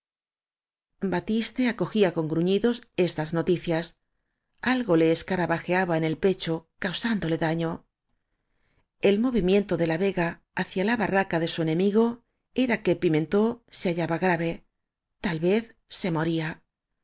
batiste acogía con gruñidos estas noticias o o algo le escarabajeaba en el pecho causándole daño el movimiento de la vega hacia la barraca de su enemigo era que pimentó se hallaba gra ve tal vez se moría